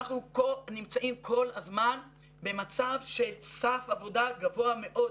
אנחנו נמצאים כל הזמן במצב של סף עבודה גבוה מאוד.